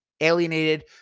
alienated